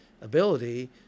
ability